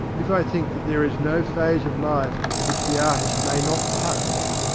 if i think that there is no phase of life which the artist may not touch.